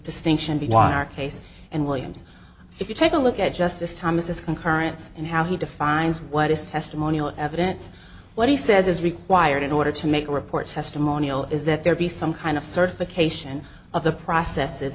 distinction be water our case and williams if you take a look at justice thomas concurrence and how he defines what is testimonial evidence what he says is required in order to make a report testimonial is that there be some kind of certification of the process